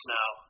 now